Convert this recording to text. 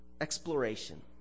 exploration